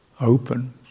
open